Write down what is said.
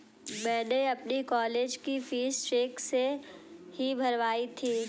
मैंने अपनी कॉलेज की फीस चेक से ही भरवाई थी